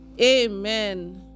Amen